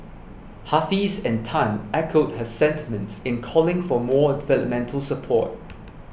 Hafiz and Tan echoed her sentiments in calling for more developmental support